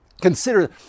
Consider